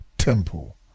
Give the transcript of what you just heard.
temple